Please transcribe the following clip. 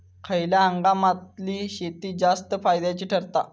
खयल्या हंगामातली शेती जास्त फायद्याची ठरता?